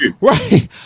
right